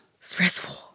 Stressful